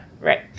right